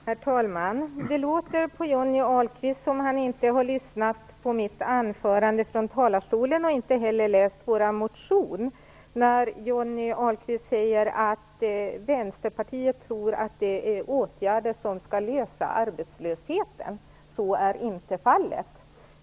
Herr talman! Det låter på Johnny Ahlqvist som om han inte har lyssnat på mitt anförande från talarstolen, och inte heller läst vår motion. Johnny Ahlqvist säger att Vänsterpartiet tror att det är åtgärder som skall lösa arbetslösheten. Så är inte fallet.